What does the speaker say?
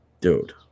dude